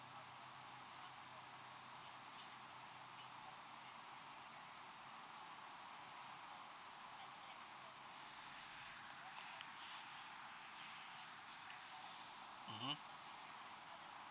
mmhmm